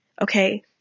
okay